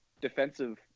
defensive